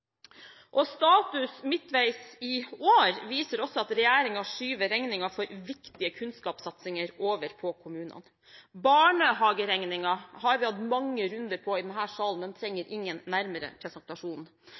Status midtveis i år viser også at regjeringen skyver regningen for viktige kunnskapssatsinger over på kommunene. Barnehageregningen har vi hatt mange runder på i denne salen, den